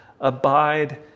abide